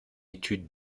étude